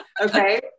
Okay